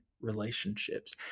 relationships